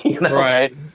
right